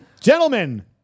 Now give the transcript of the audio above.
gentlemen